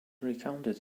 recounted